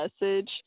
message